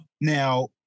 now